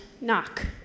knock